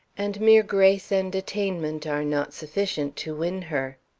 and mere grace and attainment are not sufficient to win her.